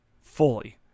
fully